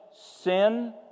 sin